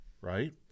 right